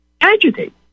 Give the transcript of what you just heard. Agitate